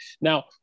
Now